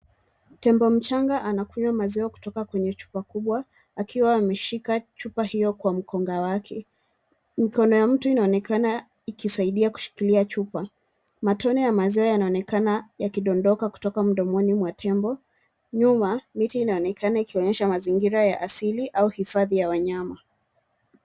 Tembo mchanga ana kunywa maziwa kutoka kwenye chupa kubwa akiwa ameshika chupa hiyo kwa mkonga wake, mkono ya mtu ina onekana iki saidia kushikilia chupa. Matone ya maziwa yaki dondoka kutoka mdomoni mwa tembo, nyuma miti una onekana ukionyesha mazingira ya asili au hifadhi ya wanyama.